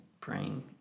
praying